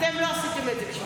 אתם לא עשיתם את זה.